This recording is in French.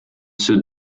ceux